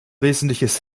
wesentliches